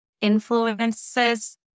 influences